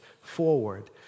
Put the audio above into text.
forward